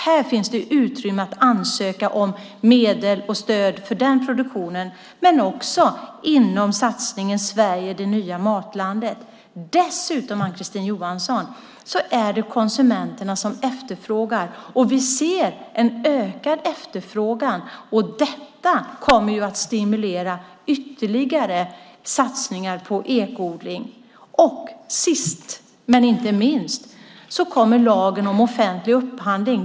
Här finns det utrymme att ansöka om medel och stöd för den produktionen, men också inom satsningen "Sverige - det nya matlandet". Dessutom, Ann-Kristine Johansson, är det konsumenterna som efterfrågar, och vi ser en ökad efterfrågan. Detta kommer ju att stimulera ytterligare satsningar på ekoodling. Sist men inte minst kommer lagen om offentlig upphandling.